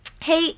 Hey